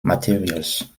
materials